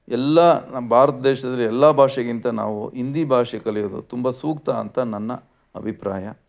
ಎಲ್ಲ ನಮ್ಮ ಭಾರತ ದೇಶ್ದಲ್ಲಿ ಎಲ್ಲ ಭಾಷೆಗಿಂತ ನಾವು ಹಿಂದಿ ಭಾಷೆ ಕಲಿಯೋದು ತುಂಬ ಸೂಕ್ತ ಅಂತ ನನ್ನ ಅಭಿಪ್ರಾಯ